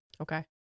Okay